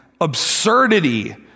absurdity